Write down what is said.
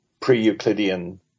pre-Euclidean